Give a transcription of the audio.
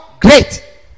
great